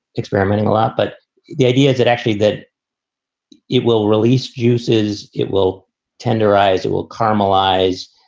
experimenting a lot, but the idea is it actually that it will release fuses. it will tenderize. it will caramelize.